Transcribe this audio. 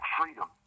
freedom